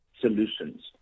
solutions